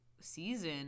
season